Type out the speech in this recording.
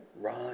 Run